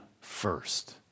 first